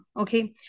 Okay